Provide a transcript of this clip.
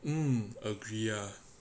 mm agree ah